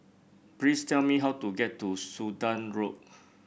please tell me how to get to Sudan Road